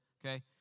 Okay